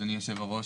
אדוני היושב ראש,